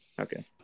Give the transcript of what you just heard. Okay